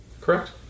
Correct